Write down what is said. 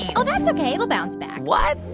and oh, that's ok. it'll bounce back what?